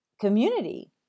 community